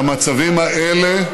שהמצבים האלה,